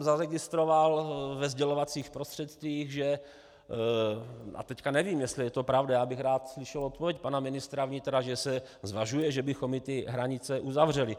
Zaregistroval jsem ve sdělovacích prostředcích, a teď nevím, jestli je to pravda, já bych rád slyšel odpověď pana ministra vnitra, že se zvažuje, že bychom i hranice uzavřeli.